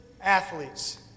athletes